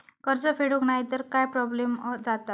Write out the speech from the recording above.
कर्ज फेडूक नाय तर काय प्रोब्लेम जाता?